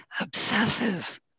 obsessive